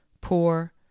poor